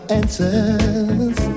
answers